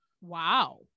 Wow